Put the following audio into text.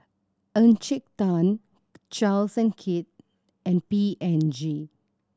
Encik Tan Charles and Keith and P and G